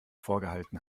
vorgehalten